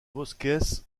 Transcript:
bosques